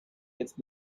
jetzt